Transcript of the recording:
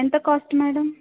ఎంత cost madam